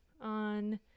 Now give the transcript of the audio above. on